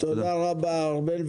תודה רבה, ארבל.